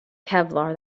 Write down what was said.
kevlar